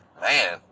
man